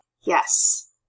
Yes